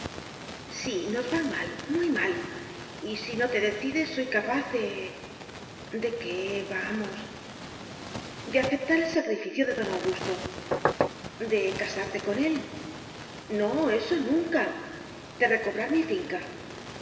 sí nos va mal muy mal y si no te decides soy capaz de de qué vamos de aceptar el sacrificio de don augusto de casarte con él no eso nunca de recobrar mi finca